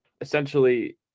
essentially